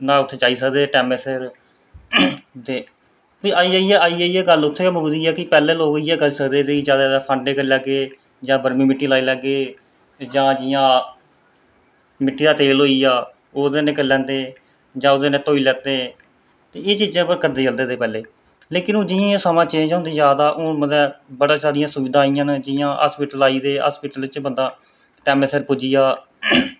नां उत्थें जाई सकदे हे टैमै सिर ते फ्ही आई जाइयै गल्ल उत्थें गै पुजदी ऐ पैह्लैं लोग इयै तकदा हे फांडे शांडे जां बर्मी मिट्टी लाई लैह्गे जां जियां मिट्टी दा तेल होंदा हा ओह् लाई लैत्ता जां ओह्दे कन्नै धोई लैत्ते ते एह् चीजां करदे चलदे हे पैह्लें लेकिन हून जियां जियां समां चेंज़ होंदा जा दा हून मतलव बड़ियां सारियां सुविधां आई दियां न हस्पिटल आई दे न हस्पिटल च पुज्जी जा